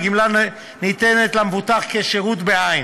הגמלה ניתנת למבוטח כשירות בעין,